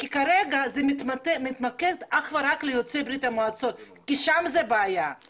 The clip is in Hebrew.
כי כרגע זה מתמקד אך ורק ביוצאי ברית המועצות כי שם זו הבעיה,